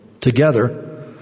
Together